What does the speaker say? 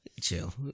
chill